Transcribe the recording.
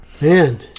Man